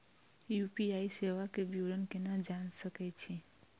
UPI सेवा के विवरण केना जान सके छी?